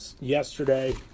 yesterday